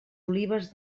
olives